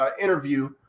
interview